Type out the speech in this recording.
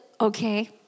okay